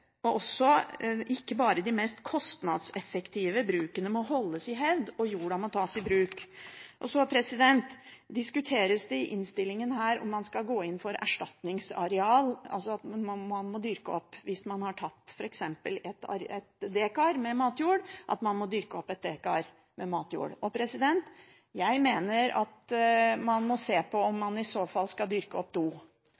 holdes i hevd, jorda må tas i bruk. Så diskuteres det i innstillingen om man skal gå inn for erstatningsareal – hvis man har tatt f.eks. ett dekar matjord, må man dyrke opp ett dekar matjord. Jeg mener man i så fall må se på om man skal dyrke opp to. For hvis vi skal øke matproduksjonen, må vi ha en vekslingsordning i forbindelse med tap av matjord som gjør at